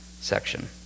section